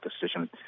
decision